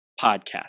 podcast